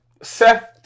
Seth